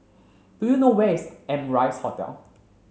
do you know where is Amrise Hotel